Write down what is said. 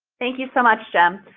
thank you so much, jem.